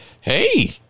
hey